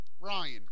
Ryan